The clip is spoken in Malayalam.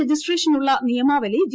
രജിസ്ട്രേഷനുള്ള നിയമാവലി ജി